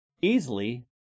easily